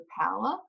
power